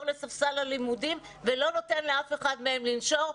לספסל הלימודים ולא נותן לאף אחד מהם לנשור,